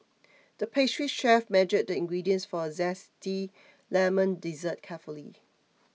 the pastry chef measured the ingredients for a Zesty Lemon Dessert carefully